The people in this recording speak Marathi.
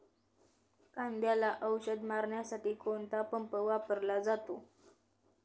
कांद्याला औषध मारण्यासाठी कोणता पंप वापरला जातो?